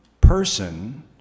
person